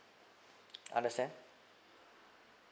understand